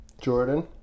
Jordan